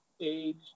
age